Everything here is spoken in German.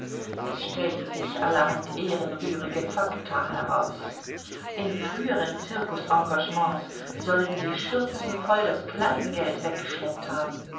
es stellten sich allerhand ehrenrührige fakta heraus in früheren zirkusengangements sollen sie schürzenvoll das kleingeld weggeschleppt haben